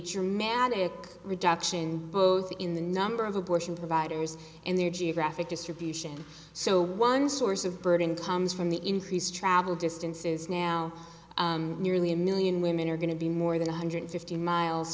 or manic reduction both in the number of abortion providers and their geographic distribution so one source of burden comes from the increased travel distances now nearly a million women are going to be more than one hundred fifty miles